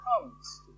comes